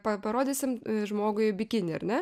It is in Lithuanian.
pa parodysim žmogui bikinį ar ne